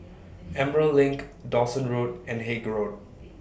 Emerald LINK Dawson Road and Haig Road